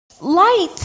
Light